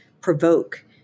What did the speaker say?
provoke